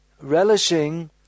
relishing